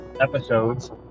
episodes